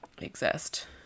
exist